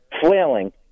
flailing